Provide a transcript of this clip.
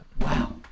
Wow